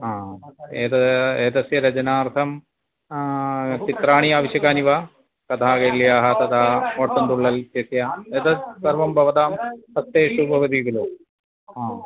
एतत् एतस्य रचनार्थं चित्राणि आवश्यकानि वा कदा गैल्याः तदा वोट्टडुल्लल् इत्यस्य एतत् सर्वं भवतां सत्तेषु भवति खलु